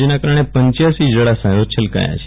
જેના કારણે પંચ્યાસી જળાશયો છલકાયા છે